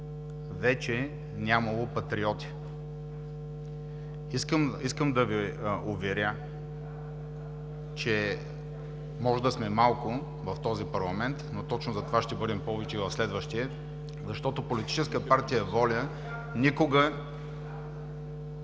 вече нямало патриоти. Искам да Ви уверя, че може да сме малко в този парламент, но точно затова ще бъдем повече в следващия, защото Политическа партия „Воля“ никога